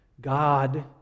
God